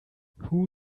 who